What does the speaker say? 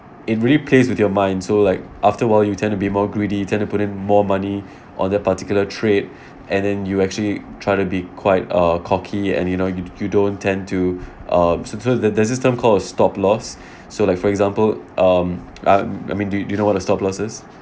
it really plays with your mind so like after a while you tend to be more greedy you tend to put in more money on the particular trade and then you actually try to be quite uh cocky and you know you you don't tend to uh so th~ the system called is stop-loss so like for example um um I mean d~ do you know what a stop-loss is